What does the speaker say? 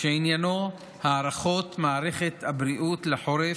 שעניינו היערכות מערכת הבריאות לחורף,